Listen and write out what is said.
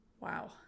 Wow